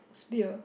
pier